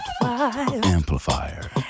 Amplifier